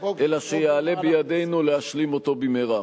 אלא שיעלה בידנו להשלים אותו במהרה.